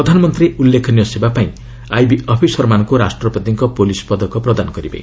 ପ୍ରଧାନମନ୍ତ୍ରୀ ଉଲ୍ଲେଖନୀୟ ସେବା ପାଇଁ ଆଇବି ଅଫିସରମାନଙ୍କୁ ରାଷ୍ଟ୍ରପତିଙ୍କ ପୁଲିସ ପଦକ ପ୍ରଦାନ କରିବେ